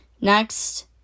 next